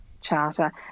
charter